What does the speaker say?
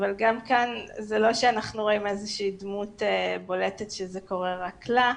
אבל גם כאן זה לא שאנחנו רואים איזה שהיא דמות בולטת שזה קורה רק לה.